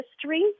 history